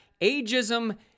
ageism